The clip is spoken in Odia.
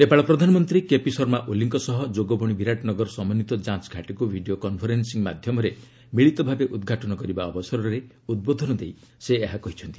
ନେପାଳ ପ୍ରଧାନମନ୍ତ୍ରୀ କେପି ଶର୍ମା ଓଲିଙ୍କ ସହ ଯୋଗବଣି ବିରାଟନଗର ସମନ୍ୱିତ ଯାଞ୍ଚ ଘାଟିକୁ ଭିଡ଼ିଓ କନଫରେନ୍ଦିଂ ମାଧ୍ୟମରେ ମିଳିତ ଭାବେ ଉଦ୍ଘାଟନ କରିବା ଅବସରରେ ଉଦ୍ବୋଧନ ଦେଇ ସେ ଏହା କହିଛନ୍ତି